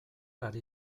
ari